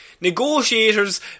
Negotiators